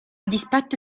dispetto